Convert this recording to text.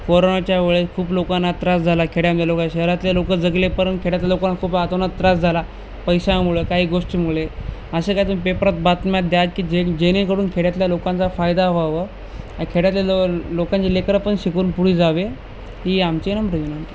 कोरोनाच्या वेळेस खूप लोकांना त्रास झाला खेड्यांतल्या लोकांना शहरातल्या लोकं जगले पण खेड्यातल्या लोकांना खूप आतोनात त्रास झाला पैशामुळे काही गोष्टीमुळे असे काही तुम्ही पेपरात बातम्यात द्या की जे जेणेकरून खेड्यातल्या लोकांचा फायदा व्हावा खेड्यात लो लोकांची लेकरंपण शिकून पुढं जावे ही आमच्या